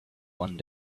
one